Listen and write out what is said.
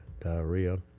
diarrhea